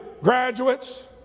graduates